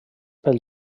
pel